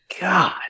God